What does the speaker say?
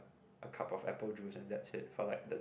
a cup of apple juice and that's it for like the